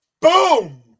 boom